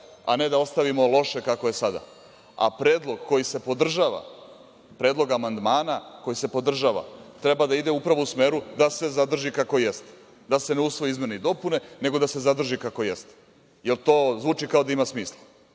a ne da ostavimo loše kako je sada, a predlog koji se podržava, predlog amandmana koji se podržava treba da ide upravo u smeru da se zadrži kako jeste, da se ne usvoje izmene i dopune, nego da se zadrži kako jeste. Jel to zvuči kao da ima smisla?